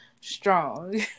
strong